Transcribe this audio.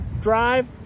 drive